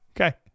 Okay